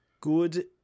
good